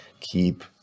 keep